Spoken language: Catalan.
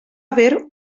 haver